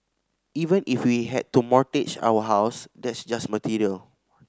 even if we had to mortgage our house that's just material